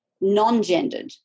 non-gendered